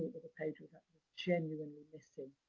the page was genuinely missing,